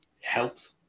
helps